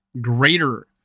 greater